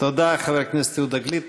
תודה, חבר הכנסת יהודה גליק.